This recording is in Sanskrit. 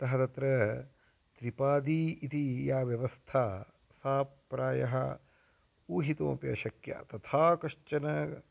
अतः तत्र त्रिपादी इति या व्यवस्था सा प्रायः ऊहितुमपि अशक्यं तथा कश्चन